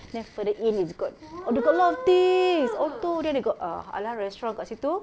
then further in it's got oh they got a lot of things ORTO then they got uh halal restaurant dekat situ